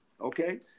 okay